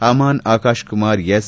Aman Akash Kumar S